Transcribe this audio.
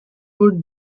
would